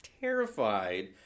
terrified